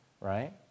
right